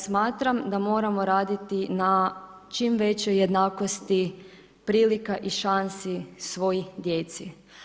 Smatram da moramo raditi na čim većoj jednakosti prilika i šansi svoj djeci.